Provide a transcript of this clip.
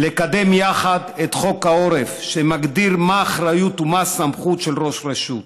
לקדם יחד את חוק העורף שמגדיר מה האחריות ומה הסמכות של ראש רשות.